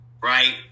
Right